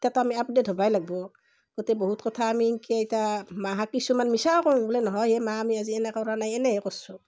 ইতা ত' আমি আপডেট হ'বই লাগবোঁ গতিকে বহুত কথা আমি সিনকে ইতা মাহাক কিছুমান মিছাও কং বোলে নহয় এই মা আমি আজি এনে কৰা নাই এনেহে কচ্ছু